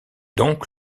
donc